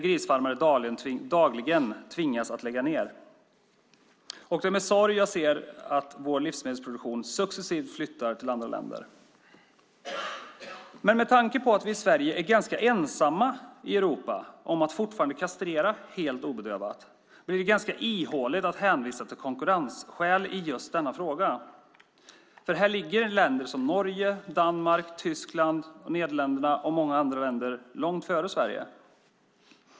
Grisfarmare tvingas dagligen att lägga ned. Det är med sorg jag ser att vår livsmedelsproduktion successivt flyttar till andra länder. Men med tanke på att vi i Sverige är ganska ensamma i Europa om att fortfarande kastrera helt obedövat blir det ganska ihåligt att hänvisa till konkurrensskäl i just denna fråga. Här ligger nämligen länder som Norge, Danmark, Tyskland och Nederländerna och många andra länder långt före Sverige.